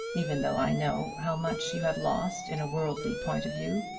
even though i know how much you have lost in a worldly point of view.